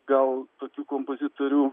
gal tokių kompozitorių